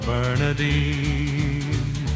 Bernadine